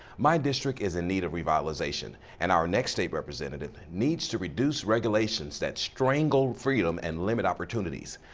my district is in need of revitalization and our next state representative needs to reduce regulations that strangle freedom and limit opportunities.